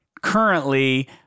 currently